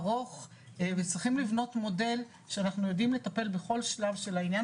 ארוך וצריכים לבנות מודל שאנחנו יודעים לטפל בכל שלב של העניין